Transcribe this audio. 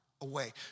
away